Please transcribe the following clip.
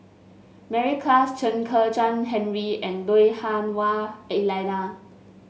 Mary Klass Chen Kezhan Henri and Lui Hah Wah Elena